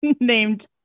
named